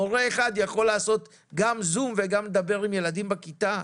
מורה אחד יכול לעשות גם זום וגם לדבר עם ילדים בכיתה?